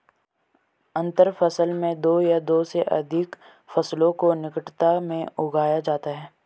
अंतर फसल में दो या दो से अघिक फसलों को निकटता में उगाया जाता है